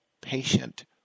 patient